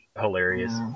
hilarious